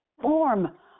form